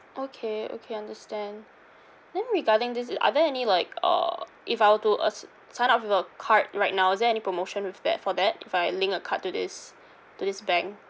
okay okay understand then regarding this i~ are there any like uh if I were to uh s~ sign up with a card right now is there any promotion with that for that if I link a card to this to this bank